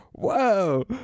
Whoa